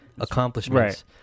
accomplishments